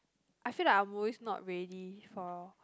I feel like I'm always not ready for